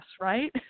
right